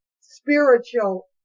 spiritual